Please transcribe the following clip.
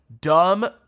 dumb